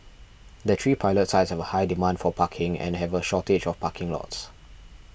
the three pilot sites have a high demand for parking and have a shortage of parking lots